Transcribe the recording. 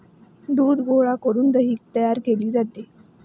दूध गोळा करून दही तयार केले जाते